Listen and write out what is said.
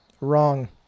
Wrong